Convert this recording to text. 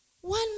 one